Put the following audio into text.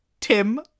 Tim